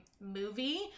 movie